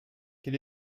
quel